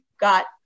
got